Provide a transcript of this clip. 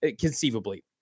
conceivably